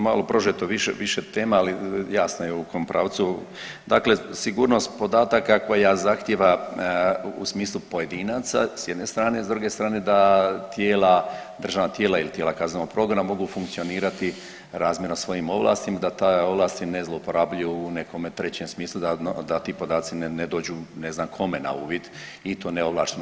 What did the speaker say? Malo prožeto više, više tema ali jasno je u kom pravcu, dakle sigurnost podataka koja zahtjeva u smislu pojedinaca s jedne strane s druge strane da tijela, državna tijela ili tijela kaznenog progona mogu funkcionirati razmjerno svojim ovlastima, da ta ovlasti ne zlouporabljuju u nekome trećem smislu, da ti podaci ne dođu ne znam kome na uvid i to neovlašteno.